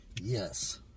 Yes